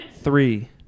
Three